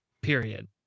period